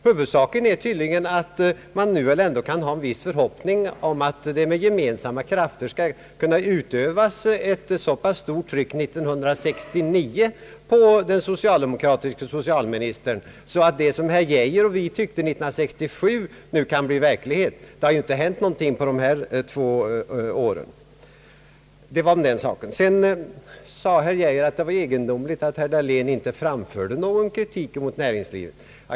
Huvudsaken är att man nu kan ha en viss förhoppning om att det med gemensamma krafter skall kunna utövas ett så pass stort tryck 1969 på den socialdemokratiske socialministern, att det som herr Geijer och vi tyckte 1967 nu kan bli verklighet. Det har ju inte hänt någonting på dessa två år. Sedan sade herr Geijer att det var egendomligt att herr Dahlén inte framförde någon kritik mot näringslivet.